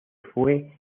fue